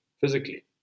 physically